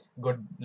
good